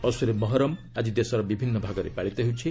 ଅସୁରେ ମହରମ୍ ଆକି ଦେଶର ବିଭିନ୍ନ ଭାଗରେ ପାଳିତ ହେଉଛି